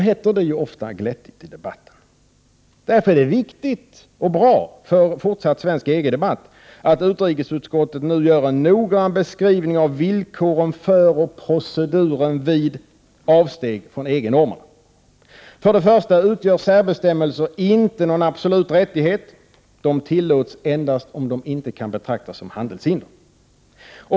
heter det ofta glättigt i debatten. Därför är det viktigt för fortsatt svensk EG-debatt att utrikesutskottet nu gör en noggrann beskrivning av villkoren för proceduren vid avsteg från EG-normerna. För det första utgör särbestämmelserna inte någon absolut rättighet, utan tillåts endast om de inte kan betraktas som handelshinder.